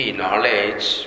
knowledge